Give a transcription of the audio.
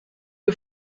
who